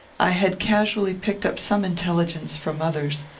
i had casually picked up some intelligence, from others,